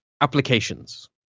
applications